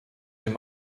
dem